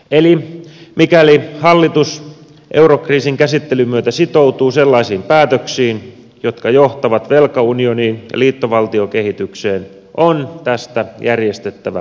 eli mikäli hallitus eurokriisin käsittelyn myötä sitoutuu sellaisiin päätöksiin jotka johtavat velkaunioniin ja liittovaltiokehitykseen on tästä järjestettävä kansanäänestys